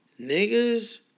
niggas